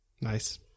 Nice